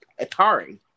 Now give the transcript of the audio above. Atari